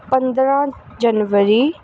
ਪੰਦਰਾਂ ਜਨਵਰੀ